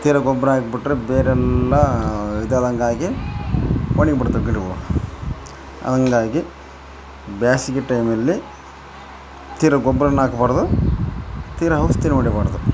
ತೀರ ಗೊಬ್ರ ಹಾಕ್ಬಿಟ್ರೆ ಬೇರೆಲ್ಲ ಇದೆಲ್ಲ ಹಂಗಾಗಿ ಒಣಿಗಿಬಿಡ್ತಾವೆ ಗಿಡಗಳು ಹಂಗಾಗಿ ಬೇಸ್ಗೆ ಟೈಮಲ್ಲಿ ತೀರ ಗೊಬ್ರನ್ನ ಹಾಕ್ಬಾರ್ದು ತೀರ ಔಷ್ಧಿಯೂ ಹೊಡಿಬಾರ್ದು